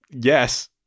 yes